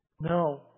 No